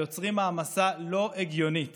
היוצרים מעמסה לא הגיונית